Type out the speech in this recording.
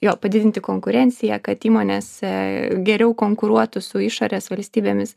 jo padidinti konkurenciją kad įmonėse geriau konkuruotų su išorės valstybėmis